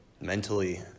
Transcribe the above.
mentally